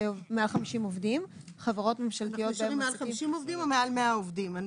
מעל 50 עובדים או מעל 100 עובדים?